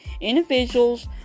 individuals